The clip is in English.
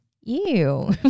Ew